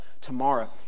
tomorrow